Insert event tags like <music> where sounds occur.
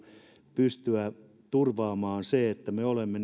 pystyä turvaamaan se että me olemme <unintelligible>